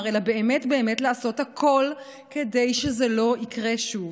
אלא באמת באמת לעשות הכול כדי שזה לא יקרה שוב.